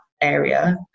area